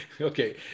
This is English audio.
Okay